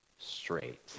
straight